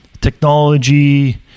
technology